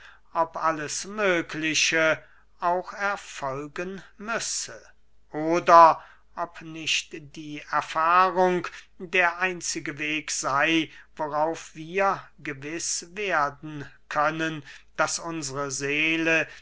ob alles mögliche auch erfolgen müsse oder ob nicht die erfahrung der einzige weg sey worauf wir gewiß werden können daß unsre seelen